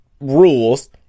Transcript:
rules